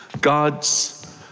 God's